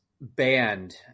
band